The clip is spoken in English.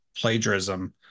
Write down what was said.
plagiarism